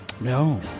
No